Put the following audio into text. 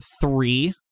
three